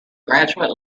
graduate